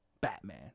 Batman